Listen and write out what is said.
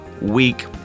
week